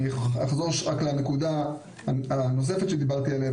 אני אחזור רק לנקודה הנוספת שדיברתי עליה,